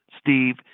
Steve